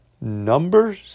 number